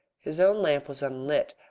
his own lamp was unlit,